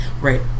Right